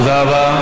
תודה רבה.